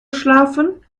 schlafen